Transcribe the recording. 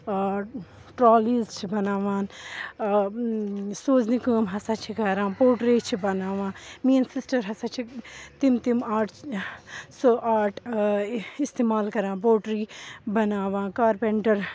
trolleys چھِ بَناوان سوزنہِ کٲم ہَسا چھِ کَران پوٹرے چھِ بَناوان میٛٲنۍ سِسٹَر ہَسا چھِ تِم تِم آرٹ سُہ آرٹ اِستعمال کَران پوٹری بَناوان کارپٮ۪نٛٹَر